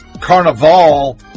Carnival